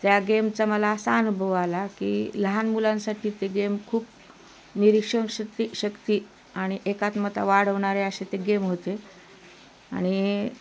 त्या गेमचा मला असा अनुभव आला की लहान मुलांसाठी ते गेम खूप निरीक्षण शक्ती शक्ती आणि एकात्मता वाढ होणारे अशे ते गेम होते आणि